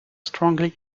strongly